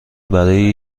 برای